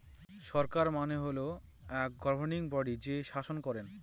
সরকার মানে হল এক গভর্নিং বডি যে শাসন করেন